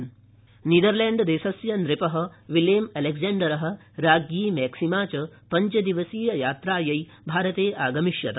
Dutch नीदरलैंड्सस्य नृपः Willem अलेक्जेंडरः राज्ञी मैक्सिमा च पञ्च दिवसीय यात्रार्थं भारते आगमिष्यतः